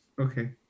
Okay